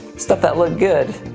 stuff that looked good,